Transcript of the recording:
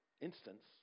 instance